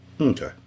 okay